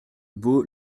beau